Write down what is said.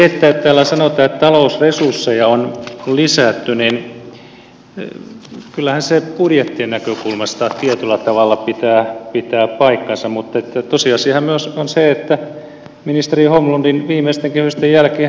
täällä sanotaan että talousresursseja on lisätty ja kyllähän se budjettien näkökulmasta tietyllä tavalla pitää paikkansa mutta tosiasiahan myös on se että ministeri holmlundin viimeisten kehysten jälkeenhän kehyksiä laskettiin